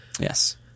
Yes